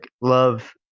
love